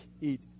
eat